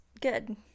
good